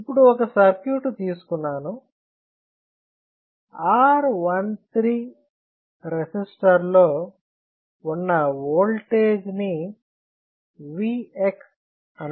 ఇప్పుడు ఒక సర్క్యూట్ ని తీసుకున్నాను R13 రెసిస్టర్ లో ఉన్న ఓల్టేజ్ ని Vx అనుకుంటాను